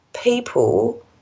people